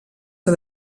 que